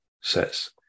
says